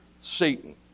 Satan